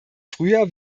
früher